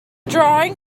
drawing